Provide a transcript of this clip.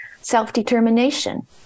Self-determination